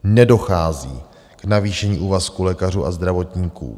Nedochází k navýšení úvazku lékařů a zdravotníků.